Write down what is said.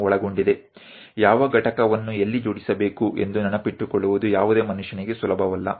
કયા ભાગને ઘટકને ક્યાં જોડવાનુ એસેમ્બલ કરવાનું છે તે યાદ રાખવું કોઈ પણ મનુષ્ય માટે સરળ નથી